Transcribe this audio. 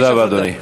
תודה רבה, אדוני.